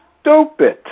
stupid